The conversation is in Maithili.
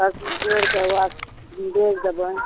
सभचीज जोड़िकऽ ओकरा देबनि